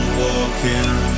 walking